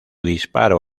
disparo